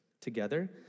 together